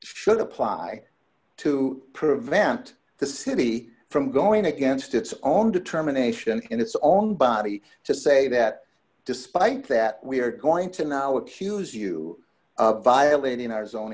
should apply to prevent the city from going against its own determination in its own body to say that despite that we're going to now accuse you of violating our zon